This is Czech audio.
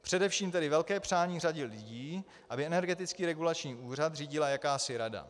Především tedy velké přání řady lidí, aby Energetický regulační úřad řídila jakási rada.